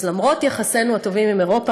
אז למרות יחסינו הטובים עם אירופה,